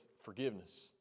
forgiveness